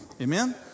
Amen